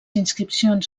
inscripcions